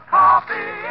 coffee